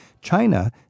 China